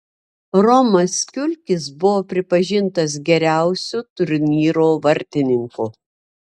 romas kiulkis buvo pripažintas geriausiu turnyro vartininku